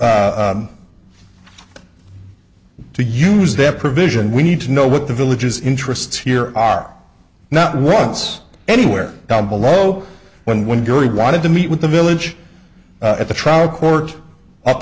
to use that provision we need to know what the villages interests here are not once anywhere down below when one girlie wanted to meet with the village at the trial court